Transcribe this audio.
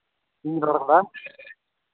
ᱤᱧ ᱨᱚᱲᱫᱟ